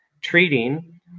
treating